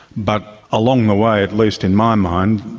but along the way, at least in my mind,